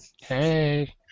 Hey